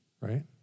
right